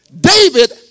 David